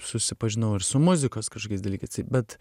susipažinau ir su muzikos kažkokiais dalykais bet